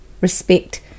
respect